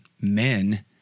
men